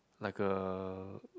like a